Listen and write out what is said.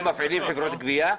אתם מפעילים חברות גבייה?